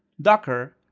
docker,